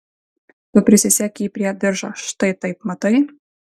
tu prisisek jį prie diržo štai taip matai